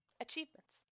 Achievements